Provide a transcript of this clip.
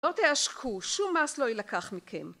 לא תעשקו, שום מס לא יילקח מכם...